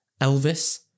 Elvis